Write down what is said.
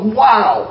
wow